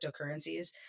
cryptocurrencies